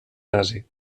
nazi